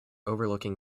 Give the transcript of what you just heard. overlooking